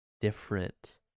different